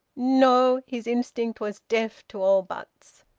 no! his instinct was deaf to all buts.